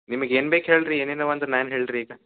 ನಿಮಗೆ ಏನು ಬೇಕು ಹೇಳಿ ರೀ ಏನೇನವ ಅಂದ್ರ ನಾ ಏನು ಹೇಳಿ ರೀ ಈಗ